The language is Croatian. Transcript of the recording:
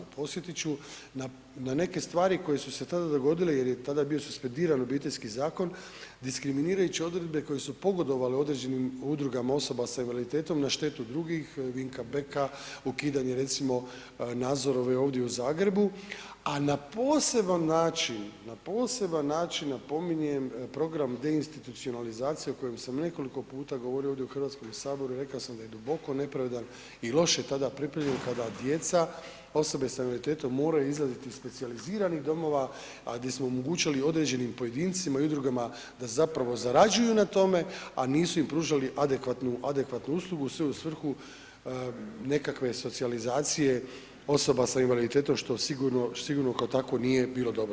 Podsjetit ću na neke stvari koje su se tada dogodile jer je tada bio suspendiran Obiteljski zakon diskriminirajući odredbe koje su pogodovale određenim udrugama osoba s invaliditetom na štetu drugih Vinka Beka, ukidanje recimo Nazorove ovdje u Zagrebu, a na poseban način, na poseban način napominjem program deinstitucionalizacije o kojem sam nekoliko puta govorio ovdje u HS i rekao sam da je duboko nepravedan i loše je tada pripremljen kada djeca, osobe s invaliditetom moraju izlaziti iz specijaliziranih domova, a di smo omogućili određenim pojedincima i udrugama da zapravo zarađuju na tome, a nisu im pružali adekvatnu uslugu sve u svrhu nekakve socijalizacije osoba sa invaliditetom što sigurno, sigurno kao takvo nije bilo dobro.